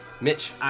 Mitch